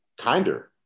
kinder